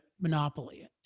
monopoly